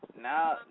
Now